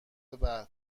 بعد